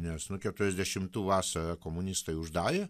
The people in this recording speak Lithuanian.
nes nuo keturiasdešimtų vasarą komunistai uždarė